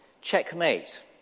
Checkmate